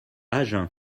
agen